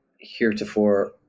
heretofore